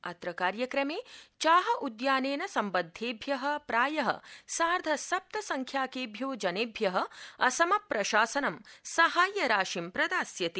अत्र कार्यक्रमे चाह उद्यानेन सम्बद्वेभ्य प्राय सार्थ सप्त संख्याकेभ्यो जनेभ्य असम प्रशासनं साहाव्य राशिं प्रदास्यति